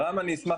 רם, אני חושבת